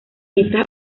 estas